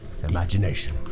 Imagination